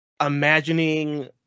imagining